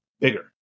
bigger